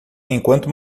enquanto